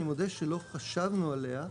אני מודה שלא חשבנו עליה.